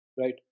right